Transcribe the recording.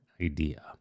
idea